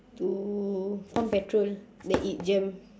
to pump petrol then it jam